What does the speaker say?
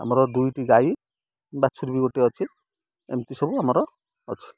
ଆମର ଦୁଇଟି ଗାଈ ବାଛୁରୀ ବି ଗୋଟେ ଅଛି ଏମିତି ସବୁ ଆମର ଅଛି